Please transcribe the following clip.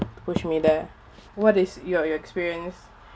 push me there what is your your experience